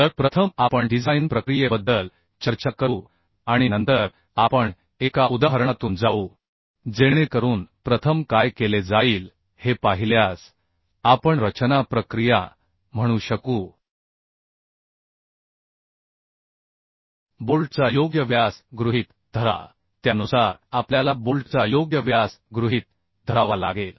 तर प्रथम आपण डिझाइन प्रक्रियेबद्दल चर्चा करू आणि नंतर आपण एका उदाहरणातून जाऊ जेणेकरून प्रथम काय केले जाईल हे पाहिल्यास आपण रचना प्रक्रिया म्हणू शकू बोल्टचा योग्य व्यास गृहीत धरा त्यानुसार आपल्याला बोल्टचा योग्य व्यास गृहीत धरावा लागेल